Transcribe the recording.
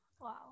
Wow